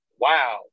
Wow